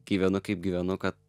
gyvenu kaip gyvenu kad